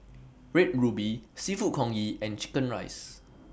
Red Ruby Seafood Congee and Chicken Rice